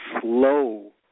slow